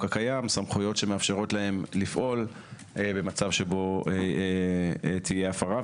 הקיים סמכויות שמאפשרות להם לפעול במצב שבו תהיה הפרה.